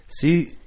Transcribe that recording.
See